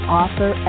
author